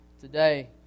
today